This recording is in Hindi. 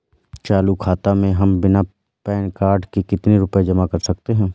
चालू खाता में हम बिना पैन कार्ड के कितनी रूपए जमा कर सकते हैं?